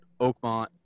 oakmont